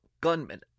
gunmen